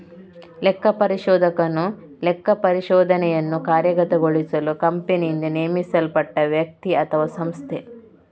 ಲೆಕ್ಕಪರಿಶೋಧಕನು ಲೆಕ್ಕಪರಿಶೋಧನೆಯನ್ನು ಕಾರ್ಯಗತಗೊಳಿಸಲು ಕಂಪನಿಯಿಂದ ನೇಮಿಸಲ್ಪಟ್ಟ ವ್ಯಕ್ತಿ ಅಥವಾಸಂಸ್ಥೆ